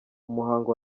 umuhango